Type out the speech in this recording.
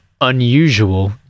unusual